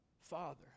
Father